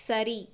சரி